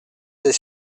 des